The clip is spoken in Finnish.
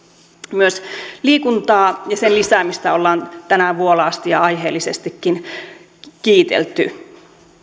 myös liikuntaa ja sen lisäämistä ollaan tänään vuolaasti ja aiheellisestikin kiitelty